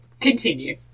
continue